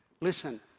Listen